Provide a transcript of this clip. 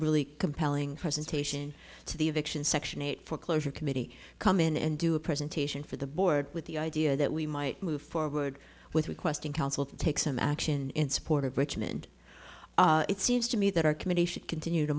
really compelling presentation to the eviction section eight foreclosure committee come in and do a presentation for the board with the idea that we might move forward with requesting council to take some action in support of richmond it seems to me that our committee should continue to